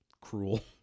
cruel